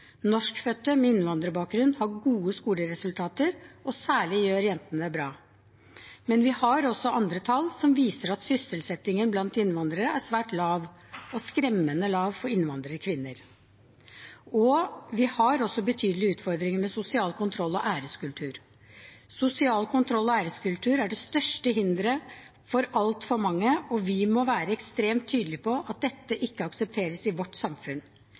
Norskfødte med innvandrerbakgrunn har gode skoleresultater, og særlig gjør jentene det bra. Men vi har også andre tall som viser at sysselsettingen blant innvandrere er svært lav og skremmende lav for innvandrerkvinner. Vi har også betydelige utfordringer med sosial kontroll og æreskultur. Sosial kontroll og æreskultur er det største hinderet for altfor mange, og vi må være ekstremt tydelige på at dette ikke aksepteres i vårt samfunn.